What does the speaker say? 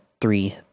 three